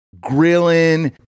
grilling